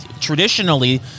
traditionally